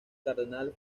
cardenal